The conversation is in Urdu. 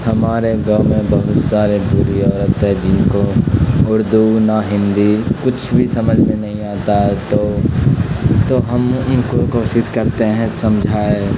ہمارے گاؤں میں بہت سارے بوڑھی عورت ہے جن کو اردو نہ ہندی کچھ بھی سمجھ میں نہیں آتا ہے تو تو ہم ان کو کوشش کرتے ہیں سمجھائیں